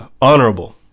Honorable